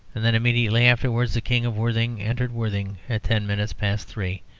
and then immediately afterwards, the king of worthing entered worthing at ten minutes past three.